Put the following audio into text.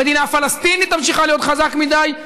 המדינה הפלסטינית תמשיך להיות חזקה מדי,